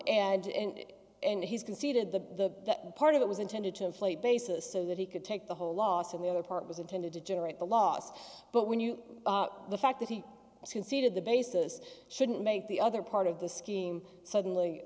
scheme and and he's conceded the part of it was intended to inflate basis so that he could take the whole loss and the other part was intended to generate the loss but when you the fact that he has conceded the basis shouldn't make the other part of the scheme suddenly